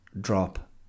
drop